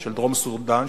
של דרום-סודן,